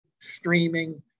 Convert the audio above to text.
streaming